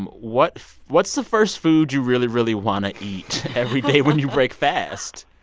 what's what's the first food you really, really want to eat. every day when you break fast?